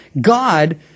God